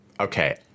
Okay